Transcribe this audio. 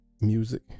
Music